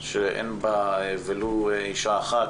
שאין בה ולו אישה אחת,